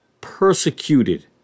Persecuted